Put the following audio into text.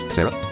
Sarah